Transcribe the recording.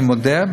אני מודה.